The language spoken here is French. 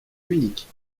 uniques